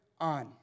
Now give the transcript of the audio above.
on